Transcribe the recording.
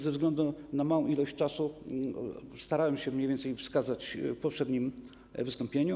Ze względu na małą ilość czasu starałem się mniej więcej wskazać je w poprzednim wystąpieniu.